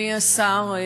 אדוני השר,